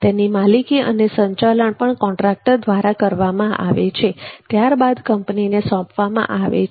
તેની માલિકી અને સંચાલન પણ કોન્ટ્રાક્ટર દ્વારા કરવામાં આવે છે અને ત્યારબાદ કંપનીને સોંપવામાં આવે છે